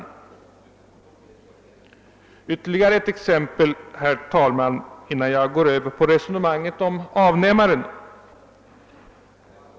Herr talman! Ytterligare ett exempel innan jag går över till ett resonemang om avnämaren.